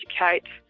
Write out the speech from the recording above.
educate